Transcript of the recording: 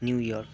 new York